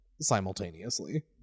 simultaneously